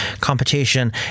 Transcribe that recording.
competition